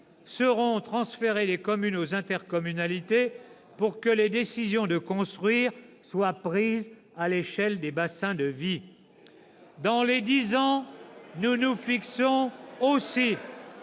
seront transférées des communes aux intercommunalités pour que les décisions de construire soient prises à l'échelle des bassins de vie. Nous nous fixons aussi